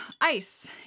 ice